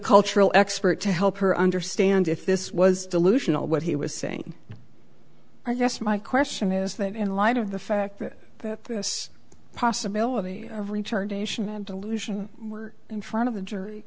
cultural expert to help her understand if this was delusional what he was saying i guess my question is that in light of the fact that this possibility of return to delusion in front of the jury